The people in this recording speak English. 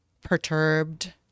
perturbed